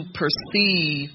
perceive